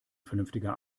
vernünftiger